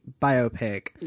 biopic